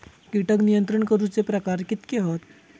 कीटक नियंत्रण करूचे प्रकार कितके हत?